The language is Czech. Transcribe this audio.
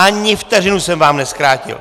Ani vteřinu jsem vám nezkrátil!